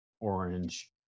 orange